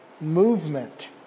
movement